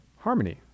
harmony